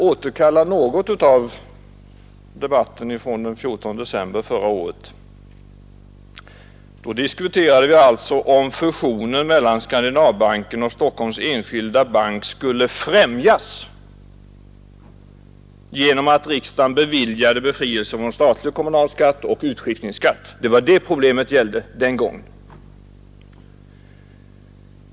I debatten den 14 december förra året diskuterade vi bl.a. om fusionen mellan Skandinaviska banken och Stockholms enskilda bank skulle främjas genom att riksdagen beviljade befrielse från statlig och kommunal skatt och utskiftningsskatt. Det var vad problemet gällde den gången.